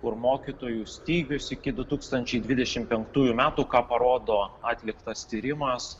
kur mokytojų stygius iki du tūkstančiai dvidešimt penktųjų metų ką parodo atliktas tyrimas